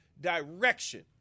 direction